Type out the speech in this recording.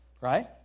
Right